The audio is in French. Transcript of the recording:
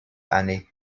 année